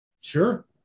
Sure